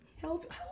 help